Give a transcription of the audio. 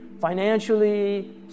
financially